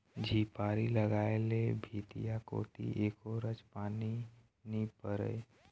झिपारी लगाय ले भीतिया कोती एको रच पानी नी परय